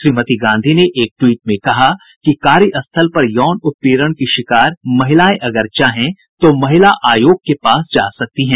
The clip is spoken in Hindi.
श्रीमती गांधी ने एक ट्वीट में कहा कि कार्यस्थल पर यौन उत्पीड़न की शिकार महिलाएं अगर चाहें तो महिला आयोग के पास जा सकती हैं